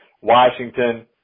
Washington